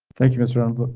thank you mr um